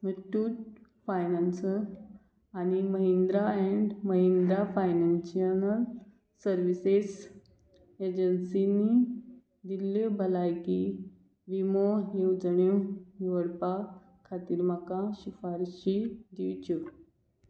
Muthoot finance आनी Mahindra and Mahindra financial services एजन्सीनी दिल्ल्यो भलायकी विमो येवजण्यो निवडपा खातीर म्हाका शिफारशी दिवच्यो